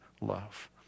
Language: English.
love